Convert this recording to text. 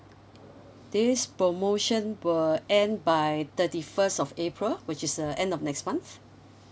this promotion will end by thirty first of april which is the end of next month